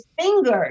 fingers